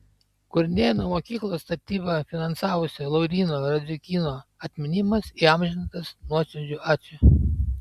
kurnėnų mokyklos statybą finansavusio lauryno radziukyno atminimas įamžintas nuoširdžiu ačiū